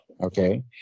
Okay